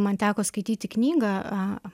man teko skaityti knygą a